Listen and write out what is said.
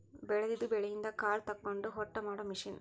ಬೆಳದಿದ ಬೆಳಿಯಿಂದ ಕಾಳ ತಕ್ಕೊಂಡ ಹೊಟ್ಟ ಮಾಡು ಮಿಷನ್